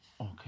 Okay